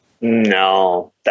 No